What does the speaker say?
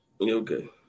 okay